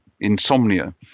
insomnia